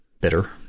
bitter